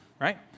Right